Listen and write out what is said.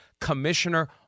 commissioner